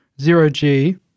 zero-G